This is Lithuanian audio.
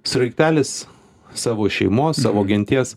sraigtelis savo šeimos savo genties